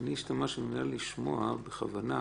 כשאני אשתמש במילה לשמוע בכוונה,